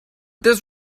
this